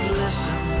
listen